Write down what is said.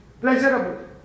pleasurable